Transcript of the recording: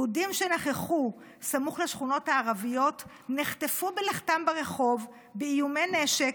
יהודים שנכחו סמוך לשכונות הערביות נחטפו בלכתם ברחוב באיומי נשק.